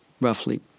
Roughly